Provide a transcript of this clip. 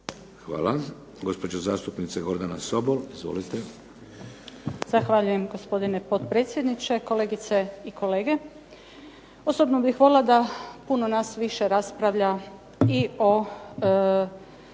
Hvala. Gospođa zastupnica Gordana Sobol. Izvolite. **Sobol, Gordana (SDP)** Zahvaljujem gospodine potpredsjedniče. Kolegice i kolege. Osobno bih volila da puno nas više raspravlja i o